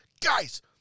guys